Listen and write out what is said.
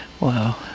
wow